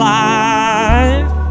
life